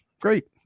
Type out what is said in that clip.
great